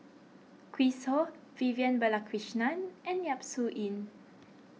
Chris Ho Vivian Balakrishnan and Yap Su Yin